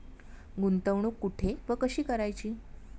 गुंतवणूक कुठे व कशी करायची?